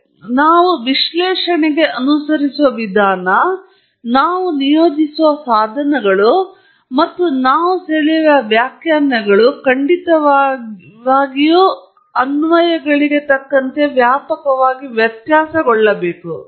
ಆದ್ದರಿಂದ ನಾವು ವಿಶ್ಲೇಷಣೆಗೆ ಅನುಸರಿಸುವ ವಿಧಾನ ನಾವು ನಿಯೋಜಿಸುವ ಸಾಧನಗಳು ಮತ್ತು ನಾವು ಸೆಳೆಯುವ ವ್ಯಾಖ್ಯಾನಗಳು ಖಂಡಿತವಾಗಿಯೂ ವ್ಯಾಪಕವಾಗಿ ವ್ಯತ್ಯಾಸಗೊಳ್ಳಬೇಕು